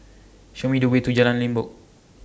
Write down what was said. Show Me The Way to Jalan Limbok